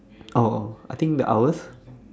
oh I think the hours